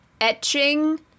etching